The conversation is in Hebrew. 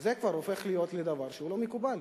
זה כבר הופך להיות לדבר שהוא לא מקובל.